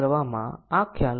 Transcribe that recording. તેથી અહીં ત્રણ આવશ્યકતાઓ છે